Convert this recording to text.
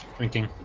thinking